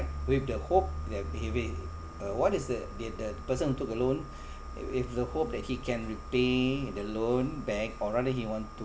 with the hope that he will uh what is the the the person who took a loan with the hope that he can repay the loan back or rather he want to